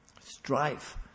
strife